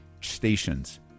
stations